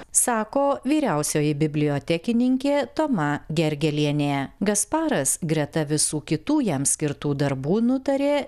sako vyriausioji bibliotekininkė toma gergelienė gasparas greta visų kitų jam skirtų darbų nutarė